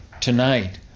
tonight